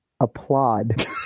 Applaud